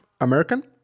American